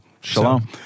Shalom